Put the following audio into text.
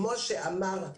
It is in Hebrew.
כמו שאמר,